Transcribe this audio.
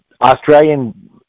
Australian –